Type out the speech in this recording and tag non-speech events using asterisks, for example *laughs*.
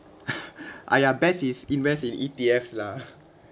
*laughs* !aiya! best is invest in E_T_Fs lah